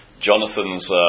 Jonathan's